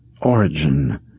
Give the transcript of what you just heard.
origin